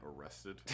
arrested